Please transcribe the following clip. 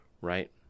right